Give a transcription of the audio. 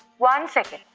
one second.